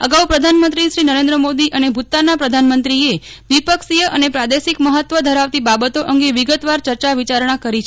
અગાઉ પ્રધાનમંત્રી નરેન્દ્ર મોદી અને ભૂતાનના પ્રધાનમંત્રીએ દ્વિપક્ષીય અને પ્રાદેશિક મહત્વ ધરાવતી બાબતો અંગે વિગતવાર ચર્ચા વિચારણા કરી છે